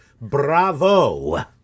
bravo